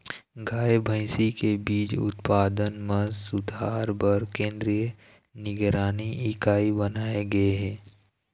गाय, भइसी के बीज उत्पादन म सुधार बर केंद्रीय निगरानी इकाई बनाए गे हे